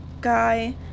guy